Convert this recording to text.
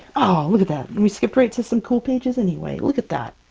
oh look at that! we skipped right to some cool pages anyway! look at that!